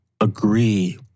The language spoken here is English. agree